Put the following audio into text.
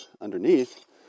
underneath